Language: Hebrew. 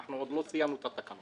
אנחנו עוד לא סיימנו את התקנות.